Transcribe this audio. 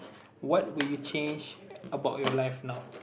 what would you change about your life now